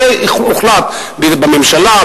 זה הוחלט בממשלה,